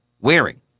wearing